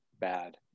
bad